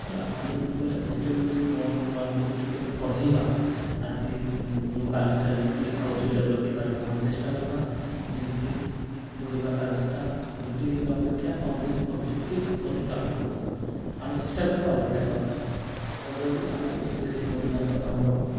ହେଲା ଆମେ ଯେତେବେଳେ ଗୋଟେ ଗୋଟେ ଓ୍ୱାନ୍ ଟୁ ବା ଗୋଟେ ଗୋଟେ କରି ବଢ଼େଇବା ଆଜିର କାଲିଟା ଯେମିତି ଆଉ ଟିକେ ଡେଭେଲପ୍ ହୋଇପାରିବ ଆମେ ଚେଷ୍ଟା କରିବା ଯେମିତି ଦୌଡ଼ିବା କାର୍ଯ୍ୟଟା ଗୋଟଏ ଦିନ ଅପେକ୍ଷା ଆଉ ଦିନେ ଆଉ ଟିକେ ଅଧିକା ହେବ ଆମେ ଚେଷ୍ଟା କରିବା ଅଧିକା ହେବା ପାଇଁ ଆଉ ଯଦି ଆମକୁ ବେଶୀ ଦୌଡ଼ିଲା ପରେ ଆମର